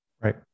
Right